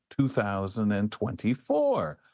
2024